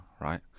right